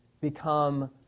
become